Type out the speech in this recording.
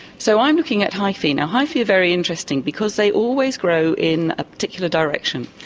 so i'm looking at hyphae. and hyphae are very interesting because they always grow in a particular direction,